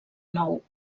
nou